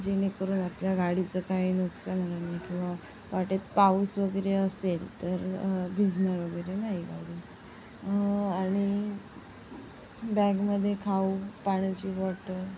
जेणेकरून आपल्या गाडीचं काय नुकसान होणार नाही किंवा वाटेत पाऊस वगैरे असेल तर भिजणार वगैरे नाही गाडी आणि बॅगमध्ये खाऊ पाण्याची बॉटल